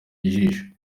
ijisho